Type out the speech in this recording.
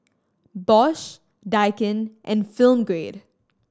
Bosch Daikin and Film Grade